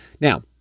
Now